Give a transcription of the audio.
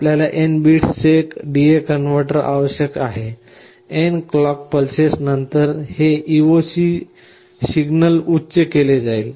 आपल्याला N बिट्सचे DA converter आवश्यक आहे एन क्लॉक पल्सेसनंतर हे EOC सिग्नल उच्च केले जाईल